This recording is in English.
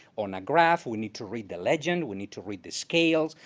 on a graph. we need to read the legend. we need to read the scales.